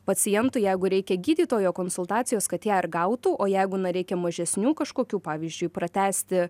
pacientui jeigu reikia gydytojo konsultacijos kad ją gautų o jeigu na reikia mažesnių kažkokių pavyzdžiui pratęsti